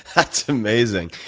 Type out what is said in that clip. that's amazing.